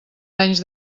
anys